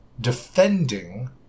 defending